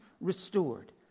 restored